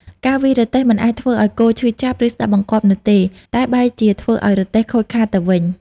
ការវាយរទេះមិនអាចធ្វើឲ្យគោឈឺចាប់ ឬស្តាប់បង្គាប់នោះទេ តែបែរជាធ្វើឲ្យរទេះខូចខាតទៅវិញ។